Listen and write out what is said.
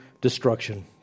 destruction